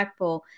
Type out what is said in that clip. impactful